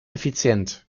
effizient